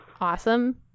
awesome